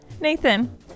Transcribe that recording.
Nathan